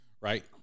right